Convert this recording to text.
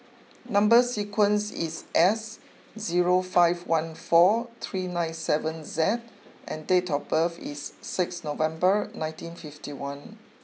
number sequence is S zero five one four three nine seven Z and date of birth is six November nineteen fifty one